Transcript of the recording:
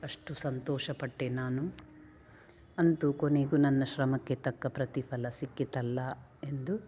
ಅಷ್ಟು ಸಂತೋಷಪಟ್ಟೆ ನಾನು ಅಂತು ಕೊನೆಗು ನನ್ನ ಶ್ರಮಕ್ಕೆ ತಕ್ಕ ಪ್ರತಿಫಲ ಸಿಕ್ಕಿತಲ್ಲ ಎಂದು